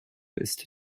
ist